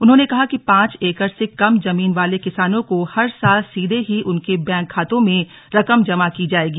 उन्होंने कहा कि पांच एकड़ से कम जमीन वाले किसानों को हर साल सीधे ही उनके बैंक खातों में रकम जमा की जाएगी